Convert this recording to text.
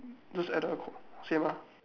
just at the same ah